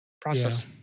process